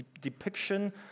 depiction